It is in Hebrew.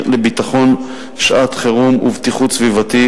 לביטחון שעת חירום ובטיחות סביבתית